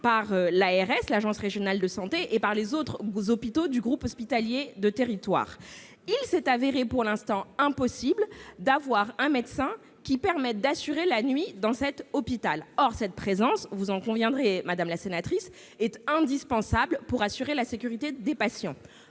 par l'agence régionale de santé, l'ARS, et par les autres hôpitaux du groupement hospitalier de territoire. Il est apparu pour l'instant impossible d'avoir un médecin disponible pour assurer son service la nuit dans cet hôpital. Or cette présence, vous en conviendrez, madame la sénatrice, est indispensable pour garantir la sécurité des patients.